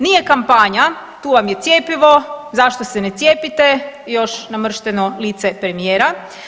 Nije kampanja tu vam je cjepivo, zašto se ne cijepite i još namršteno lice premijera.